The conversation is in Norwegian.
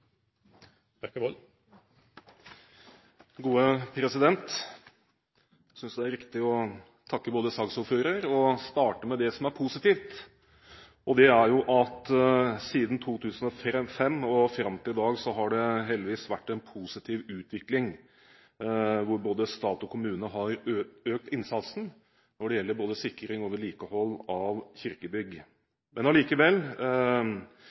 riktig både å takke saksordføreren og starte med det som er positivt, og det er jo at det siden 2005 og fram til i dag heldigvis har vært en positiv utvikling der stat og kommune har økt innsatsen når det gjelder sikring og vedlikehold av kirkebygg.